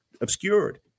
obscured